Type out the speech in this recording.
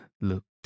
looked